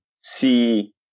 see